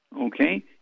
Okay